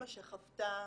אימא שחוותה